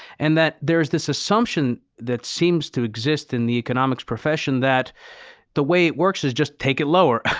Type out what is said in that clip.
and that there is this assumption that seems to exist in the economics profession, that the way it works is just, take it lower.